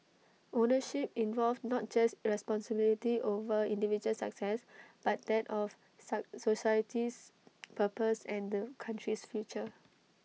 ownership involved not just responsibility over individual success but that of society's purpose and the country's future